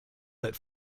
but